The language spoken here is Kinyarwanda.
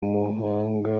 umuhanda